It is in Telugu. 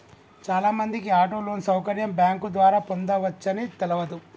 చాలామందికి ఆటో లోన్ సౌకర్యం బ్యాంకు ద్వారా పొందవచ్చని తెలవదు